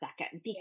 second